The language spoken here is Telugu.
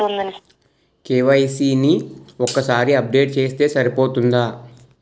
కే.వై.సీ ని ఒక్కసారి అప్డేట్ చేస్తే సరిపోతుందా?